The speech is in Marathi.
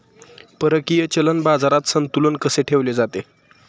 परकीय चलन बाजारात संतुलन कसे ठेवले जाते?